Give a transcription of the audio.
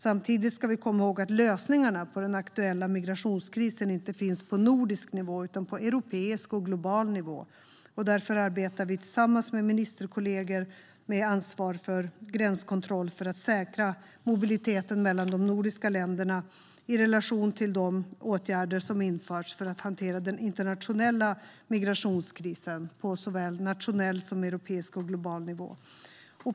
Samtidigt ska vi komma ihåg att lösningarna på den aktuella migrationskrisen inte finns på nordisk nivå utan på europeisk och global nivå. Därför arbetar vi tillsammans med ministerkollegor med ansvar för gränskontroll för att säkra mobiliteten mellan de nordiska länderna i relation till de åtgärder som införts för att hantera den internationella migrationskrisen på såväl nationell som europeisk och global nivå.